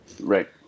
Right